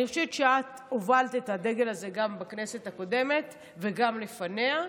אני חושבת שאת הובלת את הדגל הזה גם בכנסת הקודמת וגם לפניה.